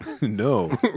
No